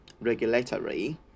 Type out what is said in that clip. regulatory